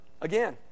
Again